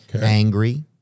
angry